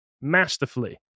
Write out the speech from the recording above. masterfully